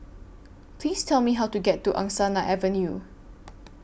Please Tell Me How to get to Angsana Avenue